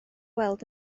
weld